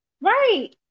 Right